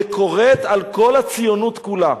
לכורת על כל הציונות כולה.